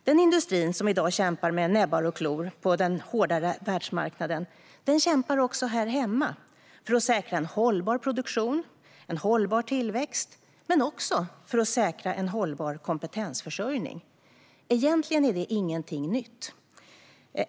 Den industri som i dag kämpar med näbbar och klor på den hårda världsmarknaden kämpar också här hemma för att säkra en hållbar produktion och en hållbar tillväxt, men också för att säkra en hållbar kompetensförsörjning. Det är egentligen ingenting nytt.